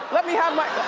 let me have my,